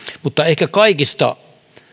mutta ehkä kaikista